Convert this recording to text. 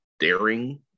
daring